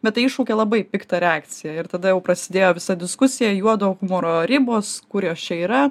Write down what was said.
bet tai iššaukė labai piktą reakciją ir tada jau prasidėjo visa diskusija juodo humoro ribos kur jos čia yra